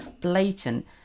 blatant